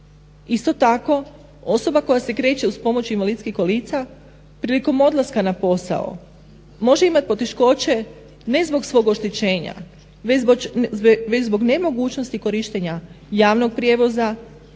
Isto tako osoba koja se kreće uz pomoć invalidskih kolica prilikom odlaska na posao može imati poteškoće ne zbog svog oštećenja već zbog nemogućnosti korištenja javnog prijevoza,